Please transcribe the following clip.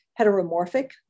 heteromorphic